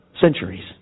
centuries